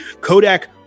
Kodak